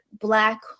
black